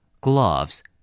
Gloves